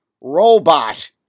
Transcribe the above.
robot